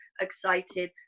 excited